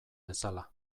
bezala